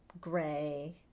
gray